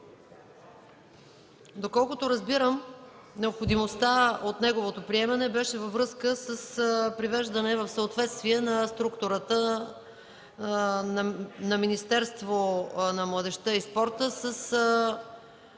Доколкото разбирам, необходимостта от неговото приемане беше във връзка с привеждане в съответствие на структурата на Министерството на младежта и спорта с